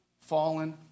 Fallen